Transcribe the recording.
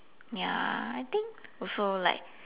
ya I think also like